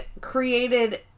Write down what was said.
created